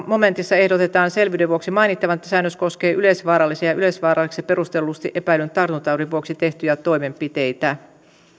momentissa ehdotetaan selvyyden vuoksi mainittavan että säännös koskee yleisvaaralliseksi perustellusti epäillyn tartuntataudin vuoksi tehtyjä toimenpiteitä